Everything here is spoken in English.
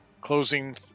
closing